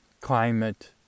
climate